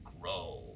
grow